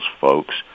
folks